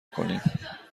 کنیم